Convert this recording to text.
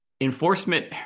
enforcement